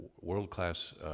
world-class